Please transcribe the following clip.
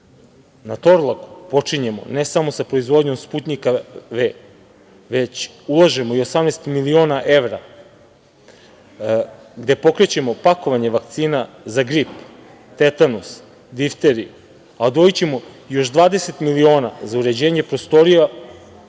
na „Torlaku“ počinjemo ne samo sa proizvodnjom „Sputnjika V“, već ulažemo 18 miliona evra, gde pokrećemo pakovanje vakcina, za grip, tetanus, difteriju, a odvojićemo još 20 miliona za uređenje prostorija, kao